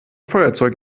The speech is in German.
feuerzeug